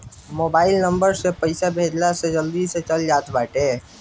mobile number से पईसा भेजला से जल्दी से चल जात बाटे